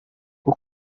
bwo